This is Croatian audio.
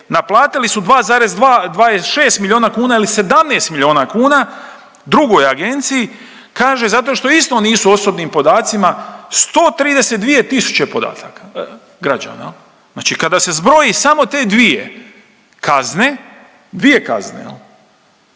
naplatili su 2,2, 26 milijuna kuna ili 17 milijuna kuna drugoj agenciji, kaže zato što isto nisu osobnim podacima 132 tisuće podataka, građana, je li? Znači kada se zbroji samo te dvije kazne, dvije kazne,